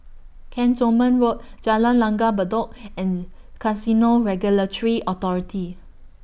Cantonment Road Jalan Langgar Bedok and Casino Regulatory Authority